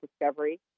discovery